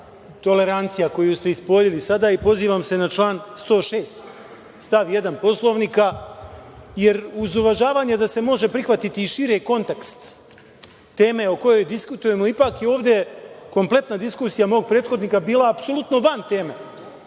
tolerancija koju ste ispoljili sada i pozivam se na član 106. stav 1. Poslovnika jer, uz uvažavanje da se može prihvatiti i širi kontekst teme o kojoj diskutujemo, ipak je ovde kompletna diskusija mog prethodnika bila apsolutno van teme.